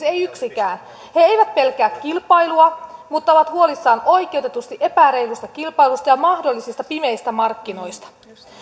ei yksikään he eivät pelkää kilpailua mutta ovat oikeutetusti huolissaan epäreilusta kilpailusta ja mahdollisista pimeistä markkinoista